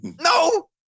no